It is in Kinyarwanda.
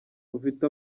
ufite